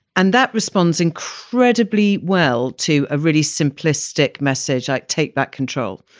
and that responds incredibly well to a really simplistic message. i take that control.